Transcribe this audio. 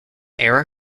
era